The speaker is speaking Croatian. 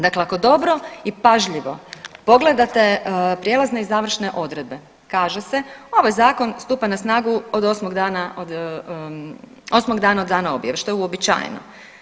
Dakle, ako dobro i pažljivo pogledate prijelazne i završne odredbe kaže se ovaj zakon stupa na snagu od 8 dana od, 8 dana od dana objave što je uobičajeno.